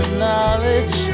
knowledge